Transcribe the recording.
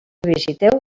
visiteu